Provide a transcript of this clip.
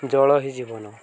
ଜଳ ହିଁ ଜୀବନ